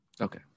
Okay